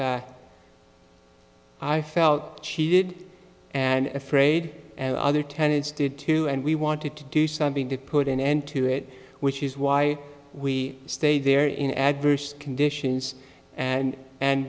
i felt cheated and afraid and other tenants did too and we wanted to do something to put an end to it which is why we stay there in adverse conditions and and